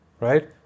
right